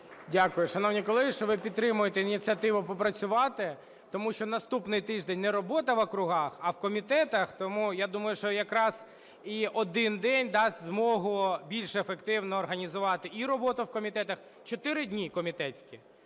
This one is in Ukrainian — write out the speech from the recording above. Дякую, шановні колеги, що ви підтримуєте ініціативу попрацювати. Тому що наступний тиждень не робота в округах, а в комітетах. Тому я думаю, що якраз і один день дасть змогу більш ефективно організувати і роботу в комітетах. Чотири дні комітетські.